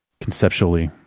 conceptually